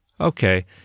Okay